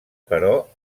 però